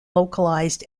localized